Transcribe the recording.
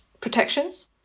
protections